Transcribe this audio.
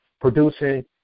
producing